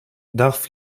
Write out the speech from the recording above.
darf